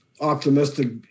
optimistic